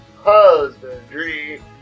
husbandry